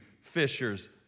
fishers